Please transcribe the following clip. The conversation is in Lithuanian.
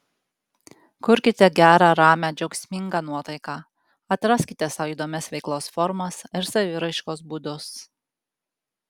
kurkite gerą ramią džiaugsmingą nuotaiką atraskite sau įdomias veiklos formas ir saviraiškos būdus